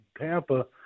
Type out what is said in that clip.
Tampa